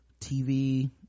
tv